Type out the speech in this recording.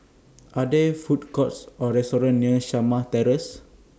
Are There Food Courts Or restaurants near Shamah Terrace